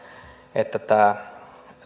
että tämä